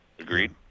Agreed